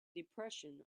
depression